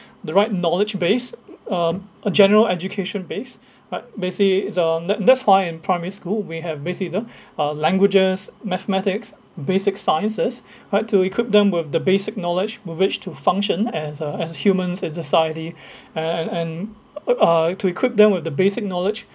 the right knowledge base uh a general education base right basically it's the that that's why in primary school we have basically it's the uh languages mathematics basic sciences right to equip them with the basic knowledge whi~ which to function as a as a human in society and and and uh to equip them with the basic knowledge